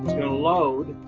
gonna load,